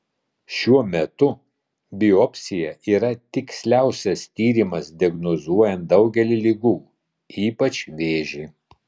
šiuo metu biopsija yra tiksliausias tyrimas diagnozuojant daugelį ligų ypač vėžį